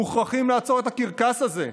מוכרחים לעצור את הקרקס הזה.